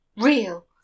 real